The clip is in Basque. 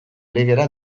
legera